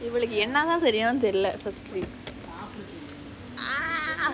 இவளுக்கு என்னதான் தெரியும் தெரில:ivaluku ennathaan teriyum terila let her sleep